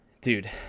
dude